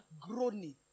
groaning